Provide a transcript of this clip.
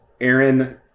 Aaron